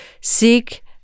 seek